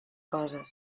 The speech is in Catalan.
coses